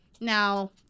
Now